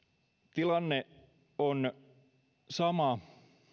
tilanne on sama